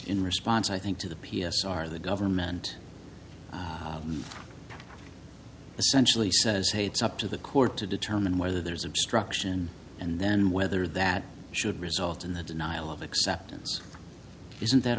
in response i think to the p s r the government essentially says hey it's up to the court to determine whether there's obstruction and then whether that should result in the denial of acceptance isn't that